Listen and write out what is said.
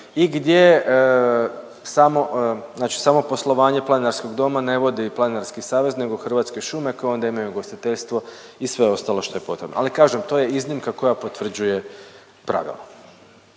znači samo poslovanje planinarskog doma ne vodi Planinarski savez nego Hrvatske šume koje onda imaju ugosititeljstvo i sve ostalo što je potrebno. Ali kažem to je iznimka koja potvrđuje pravilo.